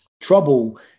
trouble